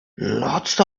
lots